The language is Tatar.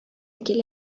килә